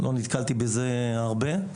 לא נתקלתי בזה הרבה.